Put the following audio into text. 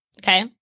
Okay